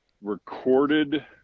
recorded